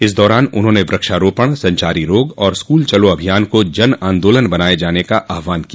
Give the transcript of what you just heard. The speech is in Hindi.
इस दौरान उन्होंने वृक्षारोपण संचारी रोग और स्कूल चलो अभियान का जन आंदोलन बनाये जाने का आहवान किया